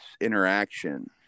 interaction